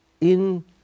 in-